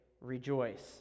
rejoice